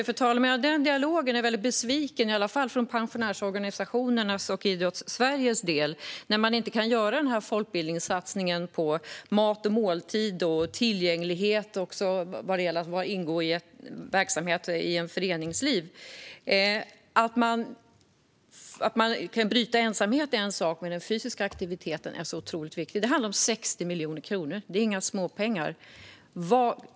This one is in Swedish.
Fru talman! När det gäller den dialogen är man från pensionärsorganisationernas och Idrottssveriges sida besviken när man nu inte kan göra den här folkbildningssatsningen på mat och måltid och tillgänglighet vad gäller att ingå i en verksamhet och i föreningsliv. Att man kan bryta ensamhet är en sak, men den fysiska aktiviteten är otroligt viktig. Det handlar om 60 miljoner kronor, och det är inga småpengar.